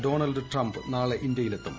Donald Trump നാളെ കൃന്തൃയിലെത്തും